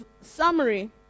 summary